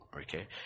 Okay